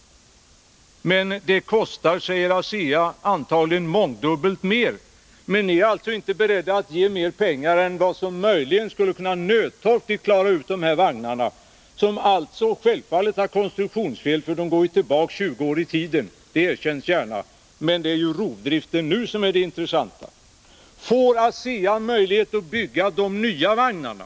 ASEA säger att det antagligen kostar mångdubbelt mer. Men ni är alltså inte beredda att ge mer pengar än vad som går åt för att möjligen nödtorftigt reparera de här vagnarna. De har självfallet konstruktionsfel — det erkänns gärna — för de går ju i trafik sedan 20 år tillbaka. Men det är den nuvarande rovdriften som är det intressanta. Får ASEA möjlighet att bygga de nya vagnarna?